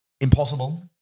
impossible